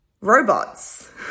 robots